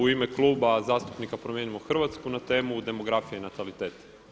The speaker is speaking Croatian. U ime Kluba zastupnika Promijenimo Hrvatsku na temu demografija i natalitet.